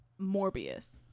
Morbius